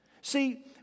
See